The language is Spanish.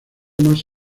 más